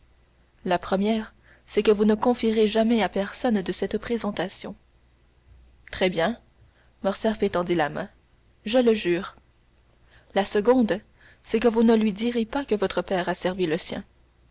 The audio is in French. la première c'est que vous ne confierez jamais à personne cette présentation très bien morcerf étendit la main je le jure la seconde c'est que vous ne lui direz pas que votre père a servi le sien